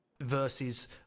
versus